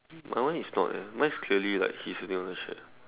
my one is not eh mine is like clearly he is siting on the chair